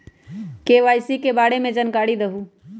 KYC के बारे में जानकारी दहु?